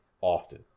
often